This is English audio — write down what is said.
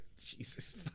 jesus